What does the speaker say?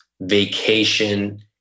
vacation